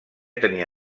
tenir